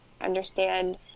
understand